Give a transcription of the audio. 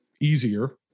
easier